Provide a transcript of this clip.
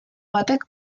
batek